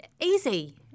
Easy